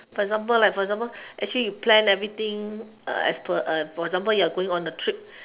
for example like for example actually you plan everything as per for example you are going on a trip